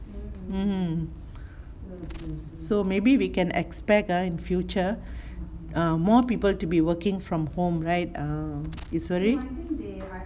mmhmm so maybe we can expect ah in future um more people to be working from home right (err)Eswari